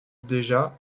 déjà